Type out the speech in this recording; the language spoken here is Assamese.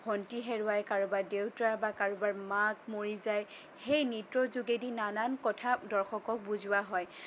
ভণ্টি হেৰুৱাই কাৰোবাৰ দেউতা বা কাৰোবাৰ মাক মৰি যায় সেই নৃত্যৰ যোগেদি নানান কথা মানুহক বুজোৱা হয়